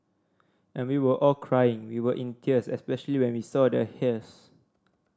and we were all crying we were in tears especially when we saw the hearse